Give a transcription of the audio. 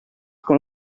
con